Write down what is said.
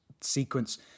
sequence